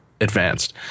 advanced